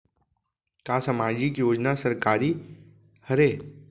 का सामाजिक योजना सरकारी हरे?